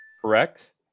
Correct